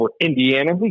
Indiana